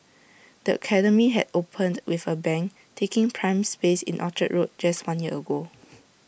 the academy had opened with A bang taking prime space in Orchard road just one year ago